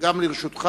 גם לרשותך